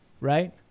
right